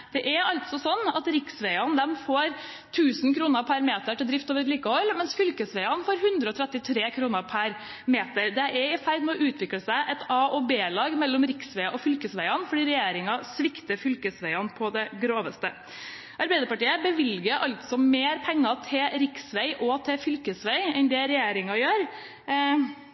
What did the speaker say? Det er sånn at riksveiene får 1 000 kr per meter til drift og vedlikehold, mens fylkesveiene får 133 kr per meter. Det er i ferd med å utvikle seg et A-lag og et B-lag, riksveiene og fylkesveiene, fordi regjeringen svikter fylkesveiene på det groveste. Arbeiderpartiet vil altså bevilge mer penger til riksveier og til fylkesveier enn regjeringen gjør.